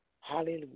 Hallelujah